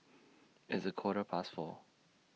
its A Quarter Past four